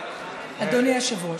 אדוני היושב-ראש.